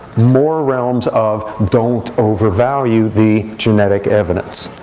more realms of don't overvalue the genetic evidence.